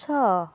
ଛଅ